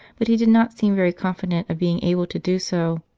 but he did not seem very confident of being able to do so.